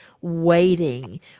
waiting